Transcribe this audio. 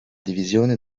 divisione